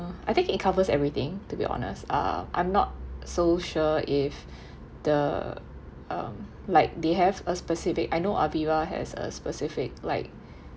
I think it covers everything to be honest uh I'm not so sure if the um like they have a specific I know Aviva has a specific like